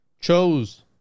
chose